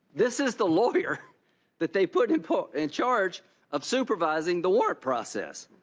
this is the lawyer that they put in put in charge of supervising the warrant process.